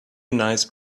nice